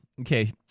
okay